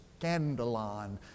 scandalon